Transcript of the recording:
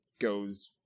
goes